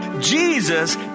Jesus